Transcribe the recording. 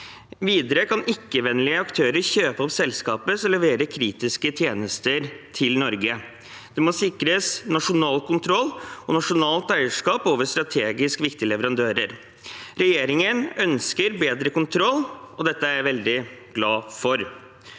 Videre kan ikke-vennlige aktører kjøpe opp selskaper som leverer kritiske tjenester til Norge. Det må sikres nasjonal kontroll og nasjonalt eierskap over strategisk viktige leverandører. Regjeringen ønsker bedre kontroll, og dette er jeg veldig glad for.